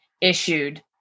issued